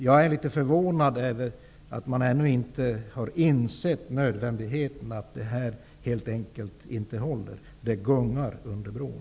Jag är litet förvånad över att man ännu inte har insett det nödvändiga: Detta håller helt enkelt inte. Det gungar under bron.